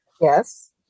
Yes